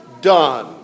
done